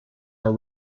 are